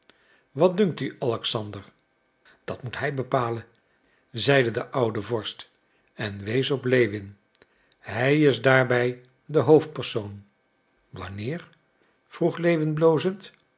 wat dunkt u alexander dat moet hij bepalen zeide de oude vorst en wees op lewin hij is daarbij de hoofdpersoon wanneer vroeg lewin blozend